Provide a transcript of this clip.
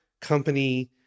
company